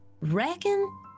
Reckon